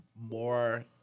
more